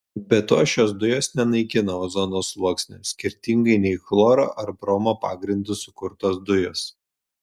be to šios dujos nenaikina ozono sluoksnio skirtingai nei chloro ar bromo pagrindu sukurtos dujos